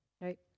right